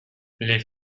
les